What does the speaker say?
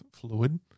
fluid